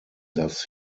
das